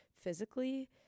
physically